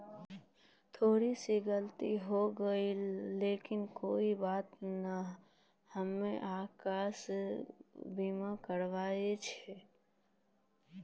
तोरा से गलती होय गेलै लेकिन कोनो बात नै हम्मे अकास्मिक बीमा करैने छिये